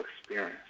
experience